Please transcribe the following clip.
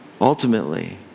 Ultimately